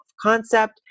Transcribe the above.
concept